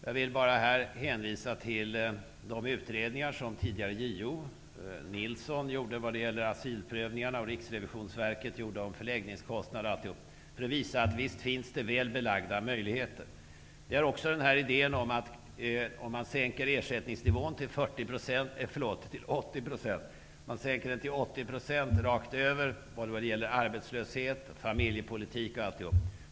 Jag vill här bara hänvisa till de utredningar som tidigare JO Nilsson gjorde beträffande asylprövningarna och Riksrevisionsverket gjorde beträffande förläggningskostnaderna för att visa att det visst finns väl belagda möjligheter. Man kan sänka ersättningsnivån till 80 % rakt över även i fråga om arbetslöshet och familjepolitik.